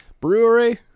Brewery